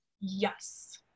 yes